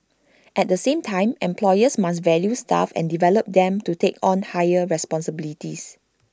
at the same time employers must value staff and develop them to take on higher responsibilities